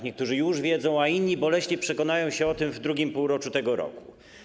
Niektórzy już o tym wiedzą, a inni boleśnie przekonają się o tym w II półroczu tego roku.